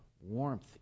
warmth